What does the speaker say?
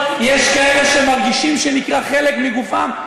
אקרא את הפרוטוקול.